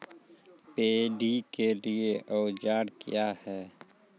Paddy के लिए औजार क्या हैं?